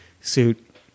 suit